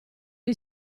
gli